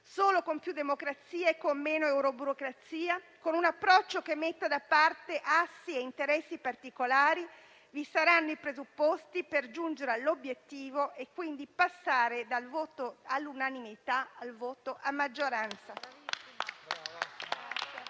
Solo con più democrazia e con meno euroburocrazia, con un approccio che metta da parte assi e interessi particolari, vi saranno i presupposti per giungere all'obiettivo e quindi passare dal voto all'unanimità al voto a maggioranza.